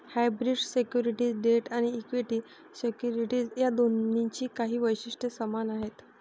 hybrid securities debt आणि equity securities या दोन्हींची काही वैशिष्ट्ये समान आहेत